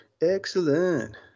Excellent